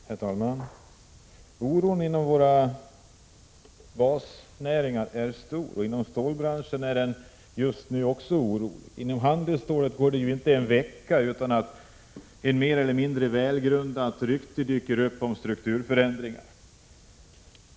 Herr talman! Oron inom våra basnäringar är stor. Inom stålbranschen finns just nu också en oro. När det gäller handelsstålet går det inte en vecka utan att något mer eller mindre välgrundat rykte om strukturförändringar dyker upp.